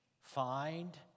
find